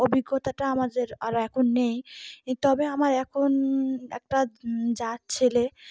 অভিজ্ঞতাটা আমাদের আরও এখন নেই তবে আমার এখন একটা যার ছেলে